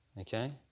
okay